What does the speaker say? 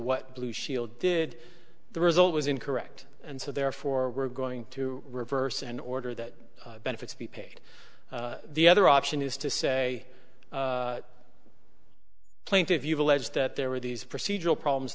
what blue shield did the result was incorrect and so therefore we're going to reverse an order that benefits be paid the other option is to say plaintive you've alleged that there were these procedural problems